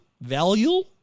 Value